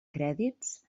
crèdits